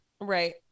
right